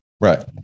Right